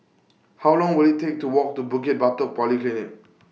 How Long Will IT Take to Walk to Bukit Batok Polyclinic